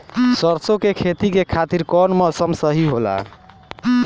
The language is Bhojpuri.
सरसो के खेती के खातिर कवन मौसम सही होला?